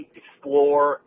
explore